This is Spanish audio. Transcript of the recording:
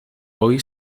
hoy